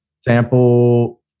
sample